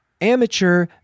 Amateur